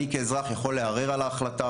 אני כאזרח יכול לערער על ההחלטה.